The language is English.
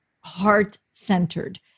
heart-centered